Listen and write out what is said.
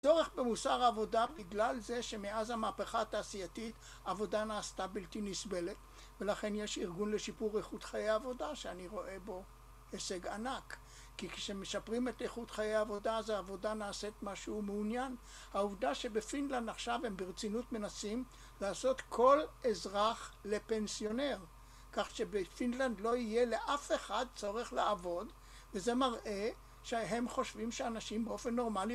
זורח במוסר העבודה בגלל זה שמאז המהפכה התעשייתית עבודה נעשתה בלתי נסבלת ולכן יש ארגון לשיפור איכות חיי עבודה שאני רואה בו הישג ענק כי כשמשפרים את איכות חיי עבודה אז העבודה נעשית משהו מעוניין. העובדה שבפינלנד עכשיו הם ברצינות מנסים לעשות כל אזרח לפנסיונר כך שבפינלנד לא יהיה לאף אחד צורך לעבוד וזה מראה שהם חושבים שאנשים באופן נורמלי